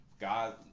God